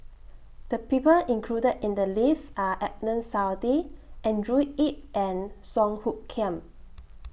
The People included in The list Are Adnan Saidi Andrew Yip and Song Hoot Kiam